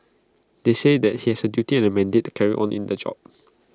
they said that he has A duty and A mandate to carry on in the job